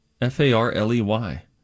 F-A-R-L-E-Y